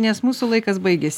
nes mūsų laikas baigėsi